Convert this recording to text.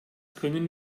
können